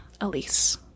Elise